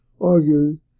argued